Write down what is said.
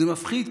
זה מפחיד,